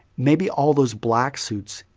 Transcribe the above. maybe all those black suits,